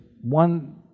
one